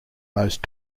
most